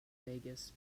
vegas